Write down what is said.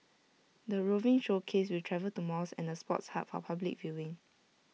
the roving showcase will travel to malls and the sports hub for public viewing